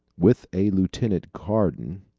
with a lieutenant carden,